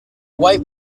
white